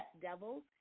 devils